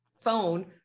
phone